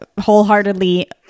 wholeheartedly